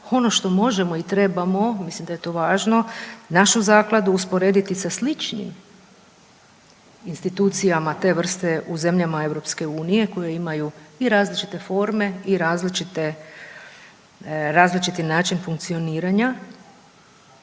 Ono što možemo i trebamo, mislim da je to važno, našu zakladu usporediti sa sličnim institucijama te vrste u zemljama EU koje imaju i različite forme i različite, različiti način funkcioniranja.